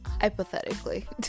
hypothetically